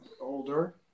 older